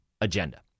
agenda